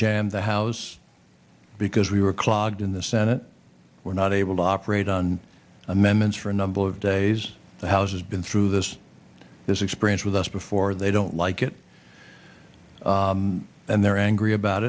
jam the house because we were clogged in the senate we're not able to operate on amendments for a number of days the house has been through this this experience with us before they don't like it and they're angry about